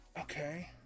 Okay